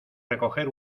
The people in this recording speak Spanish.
recoger